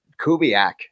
Kubiak